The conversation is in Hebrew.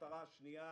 המטרה השנייה